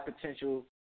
potential